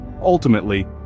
ultimately